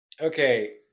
Okay